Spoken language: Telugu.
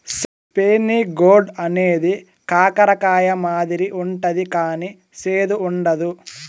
స్పైనీ గోర్డ్ అనేది కాకర కాయ మాదిరి ఉంటది కానీ సేదు ఉండదు